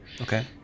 Okay